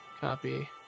Copy